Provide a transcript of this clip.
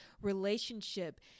relationship